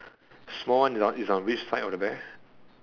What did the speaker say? small one is on is on which side of the bear